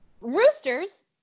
roosters